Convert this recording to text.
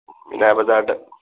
ꯃꯤꯅꯥ ꯕꯖꯥꯔꯗ